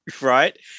right